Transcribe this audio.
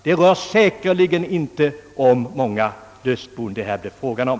Det är säkerligen inte många dödsbon som det blir fråga om.